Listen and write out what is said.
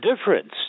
difference